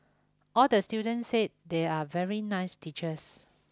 all the student said they are very nice teachers